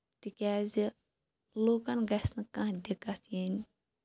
تِکیٛازِ لُکَن گژھِ نہٕ کانٛہہ دِقَت یِنۍ